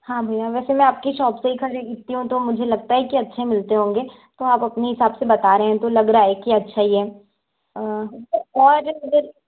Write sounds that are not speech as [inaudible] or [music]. हाँ भैया वैसे मैं आपकी शॉप से ही खरीदती हूँ तो मुझे लगता है कि अच्छे मिलते होंगे तो आप अपने हिसाब से बता रहे हैं तो लग रहा है कि अच्छा ही है और [unintelligible]